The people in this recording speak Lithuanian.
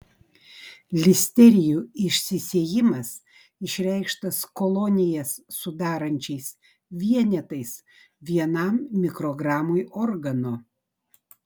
listerijų išsisėjimas išreikštas kolonijas sudarančiais vienetais vienam mikrogramui organo